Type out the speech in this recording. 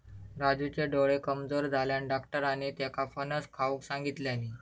राजूचे डोळे कमजोर झाल्यानं, डाक्टरांनी त्येका फणस खाऊक सांगितल्यानी